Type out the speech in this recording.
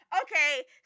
Okay